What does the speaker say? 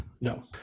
No